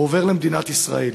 הוא עובר למדינת ישראל,